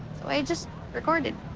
so i just recorded.